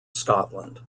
scotland